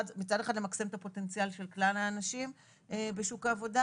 מצד אחד למקסם את הפוטנציאל של כלל האנשים בשוק העבודה